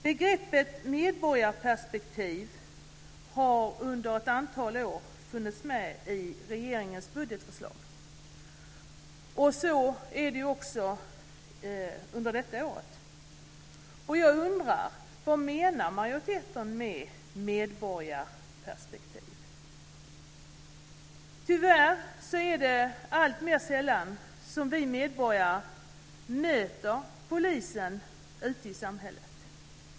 Begreppet medborgarperspektiv har under ett antal år funnits med i regeringens budgetsförslag, så också under detta år. Vad menar majoriteten med medborgarperspektiv? Tyvärr är det alltmer sällan som vi medborgare möter polisen ute i samhället.